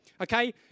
okay